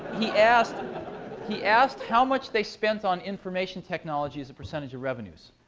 he asked he asked how much they spent on information technology as a percentage of revenues.